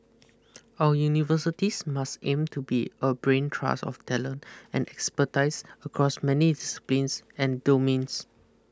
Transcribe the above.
our universities must aim to be a brain trust of talent and expertise across many disciplines and domains